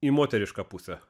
į moterišką pusę